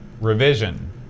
revision